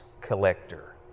collector